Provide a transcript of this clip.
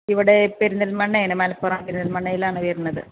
ഇവിടെ പെരിന്തൽമണ്ണ ഇല്ലേ മലപ്പുറം പെരിന്തൽമണ്ണയിലാണ് വരുന്നത്